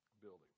building